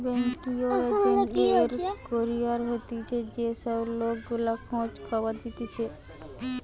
banking agent এর career হতিছে যে সব লোক গুলা খোঁজ খবর দিতেছে